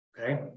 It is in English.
okay